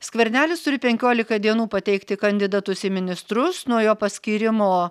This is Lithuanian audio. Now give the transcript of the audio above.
skvernelis turi penkiolika dienų pateikti kandidatus į ministrus nuo jo paskyrimo